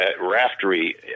Raftery